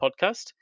podcast